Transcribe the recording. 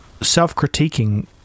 self-critiquing